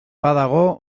badago